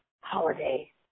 holiday